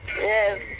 Yes